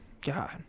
God